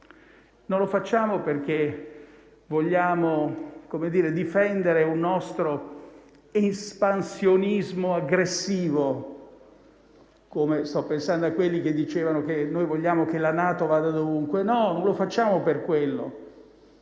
non lo facciamo perché vogliamo difendere un nostro espansionismo aggressivo (sto pensando a quelli che dicevano che vogliamo che la NATO vada dovunque), questo è quello